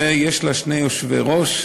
ויש לה שני יושבי-ראש,